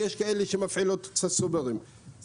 ויש כאלה שמפעילות צוברים,